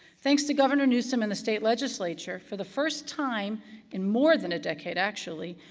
thanks to governor newsom and the state legislature, for the first time in more than a decade, actually,